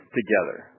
together